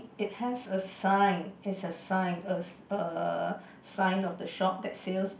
it has a sign is a sign a uh sign of the shop that sales